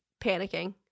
panicking